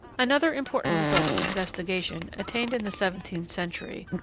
another important result of investigation, attained in the seventeenth century,